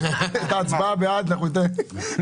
את ההצבעה בעד אנחנו ניתן.